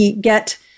get